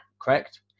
correct